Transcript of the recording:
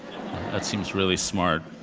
that seems really smart.